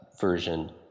version